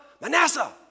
Manasseh